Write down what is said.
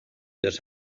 dos